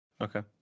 Okay